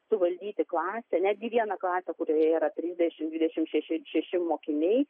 suvaldyti klasę netgi vieną klasę kurioje yra trisdešimt dvidešimt šeši šeši mokiniai